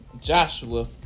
Joshua